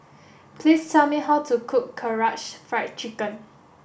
please tell me how to cook Karaage Fried Chicken